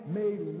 made